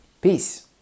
Peace